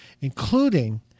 including –